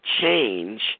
change